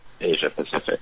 Asia-Pacific